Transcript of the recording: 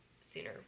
sooner